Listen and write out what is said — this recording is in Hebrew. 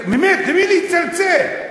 באמת, למי יצלצל?